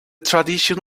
tradition